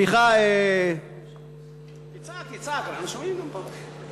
תצעק, תצעק, אנחנו שומעים גם פה.